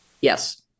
yes